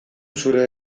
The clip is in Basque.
zure